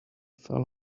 fell